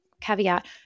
caveat